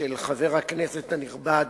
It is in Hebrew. של חבר הכנסת הנכבד,